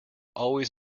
always